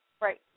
Right